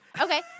Okay